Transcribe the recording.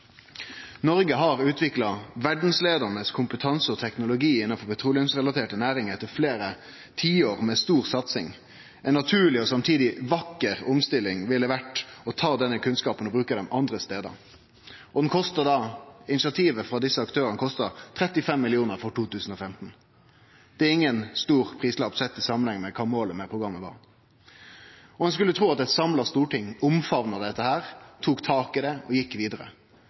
Noreg har utvikla verdsleiande kompetanse og teknologi innanfor petroleumsrelaterte næringar etter fleire tiår med stor satsing. Ei naturleg og samtidig vakker omstilling ville vore å ta denne kunnskapen og bruke han andre stader. Initiativet frå desse aktørane kosta 35 mill. kr for 2015. Det er ingen stor prislapp, sett i samanheng med kva målet med programmet var. Ein skulle tru at eit samla storting omfamna dette, tok tak i det og gjekk vidare.